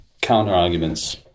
counter-arguments